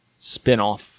spinoff